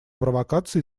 провокаций